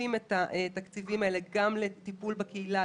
מנתבים את התקציבים האלה גם לטיפול בקהילה,